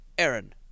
Aaron